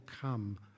come